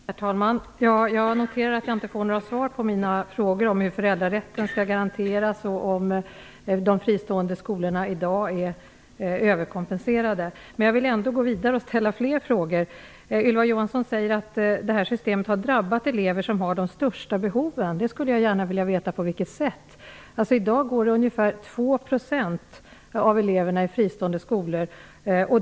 Herr talman! Jag har noterat att jag inte får några svar på mina frågor om hur föräldrarätten skall garanteras och om de fristående skolorna i dag är överkompenserade. Jag vill ändå gå vidare och ställa fler frågor. Ylva Johansson säger att det här systemet har drabbat elever som har de största behoven. Jag skulle gärna vilja veta på vilket sätt. I dag går ungefär 2 % av eleverna i fristående skolor.